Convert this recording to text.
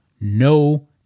no